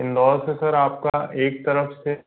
इंदौर से सर आपका एक तरफ से